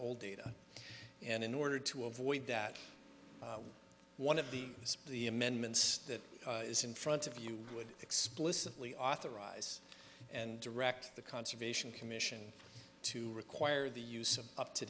old data and in order to avoid that one of the the amendments that is in front of you would explicitly authorize and direct the conservation commission to require the use of up to